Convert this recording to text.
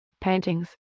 paintings